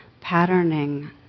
patterning